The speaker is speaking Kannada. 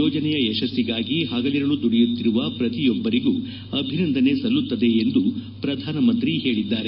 ಯೋಜನೆಯ ಯಶಬ್ಲಗಾಗಿ ಹಗಳರುಳು ದುಡಿಯುತ್ತಿರುವ ಪ್ರತಿಯೊಬ್ಬರಿಗೂ ಅಭಿನಂದನೆ ಸಲ್ಲುತ್ತದೆ ಎಂದು ಪ್ರಧಾನಮಂತ್ರಿ ಹೇಳಿದ್ದಾರೆ